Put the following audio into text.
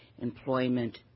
employment